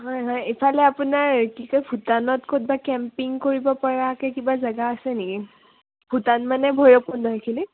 হয় হয় ইফালে আপোনাৰ কি কয় ভূটানত ক'ত বা কেম্পিং কৰিবপৰাকৈ কিবা জেগা আছে নেকি ভূটান মানে ভৈৰৱকুণ্ড এইখিনিত